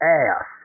ass